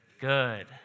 good